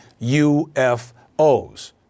UFOs